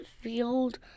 field